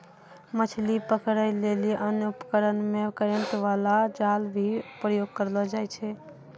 मछली पकड़ै लेली अन्य उपकरण मे करेन्ट बाला जाल भी प्रयोग करलो जाय छै